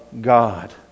God